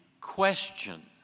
question